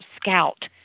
scout